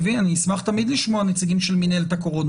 אשמח תמיד לשמוע נציגים של מינהלת הקורונה,